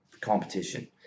competition